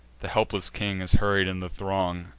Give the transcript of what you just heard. the helpless king is hurried in the throng,